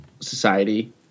society